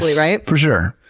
right? for sure.